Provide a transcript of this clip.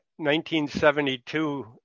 1972